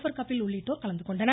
per Kapil உள்ளிட்டோர் கலந்துகொண்டனர்